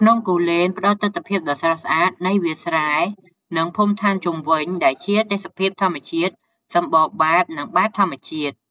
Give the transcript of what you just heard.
ភ្នំគូលែនផ្តល់ទិដ្ឋភាពដ៏ស្រស់ស្អាតនៃវាលស្រែ និងភូមិឋានជុំវិញ ដែលជាទេសភាពធម្មជាតិសម្បូរបែប និងបែបធម្មជាតិ។